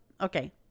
okay